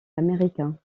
américains